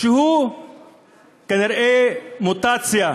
שהוא כנראה מוטציה.